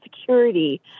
security